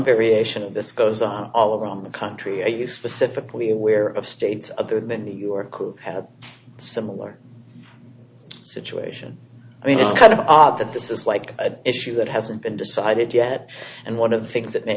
variation of this goes all around the country are you specifically aware of states other than new york who have similar situation i mean it's kind of odd that this is like an issue that hasn't been decided yet and one of the things that may